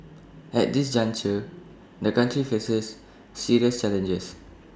at this juncture the country faces serious challenges